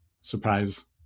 surprise